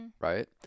Right